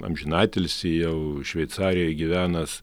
amžinatilsį jau šveicarijoje gyvenęs